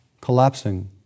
collapsing